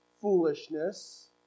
foolishness